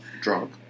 Drunk